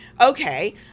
Okay